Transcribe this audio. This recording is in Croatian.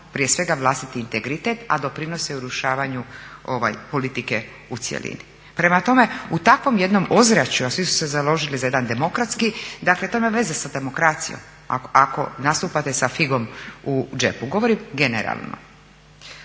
prije svega vlastiti integritet, a doprinose i urušavanju politike u cjelini. Prema tome u takvom jednom ozračju, a svi su se založili za jedan demokratski, dakle to nema veze sa demokracijom ako nastupate sa figom u džepu. Govorim generalno.